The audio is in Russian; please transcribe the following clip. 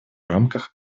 рамках